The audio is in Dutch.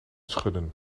schudden